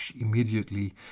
immediately